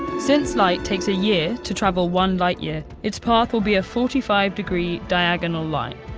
since light takes a year to travel one light-year, its path will be a forty five degree diagonal line.